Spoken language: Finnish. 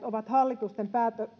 ovat